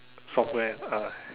software uh